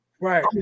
Right